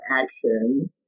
action